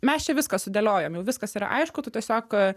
mes čia viską sudėliojom jau viskas yra aišku tu tiesiog